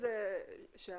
ברור